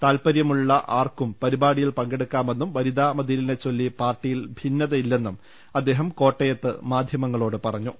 താൽപര്യമുള്ള ആർക്കും പരിപാടിയിൽ പങ്കെടുക്കാമെന്നും വനിതാമതി ലിനെചൊല്ലി പാർട്ടിയിൽ ഭിന്നത ഇല്ലെന്നും അദ്ദേഹം കോട്ടയത്ത് മാധ്യ മങ്ങളോട് പറഞ്ഞു